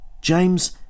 James